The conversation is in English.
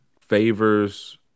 favors